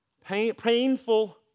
Painful